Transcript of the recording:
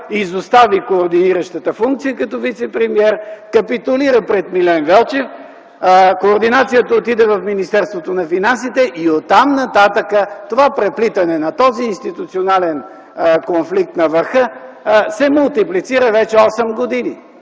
изостави координиращата функция като вицепремиер, капитулира пред Милен Велчев, координацията отиде в Министерството на финансите и оттам нататък това преплитане на този институционален конфликт на върха се мултиплицира вече осем години.